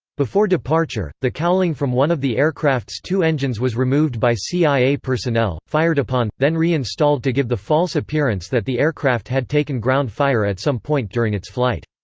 before departure, the cowling from one of the aircraft's two engines was removed by cia personnel, fired upon, then re-installed to give the false appearance that the aircraft had taken ground fire at some point during its flight.